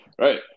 Right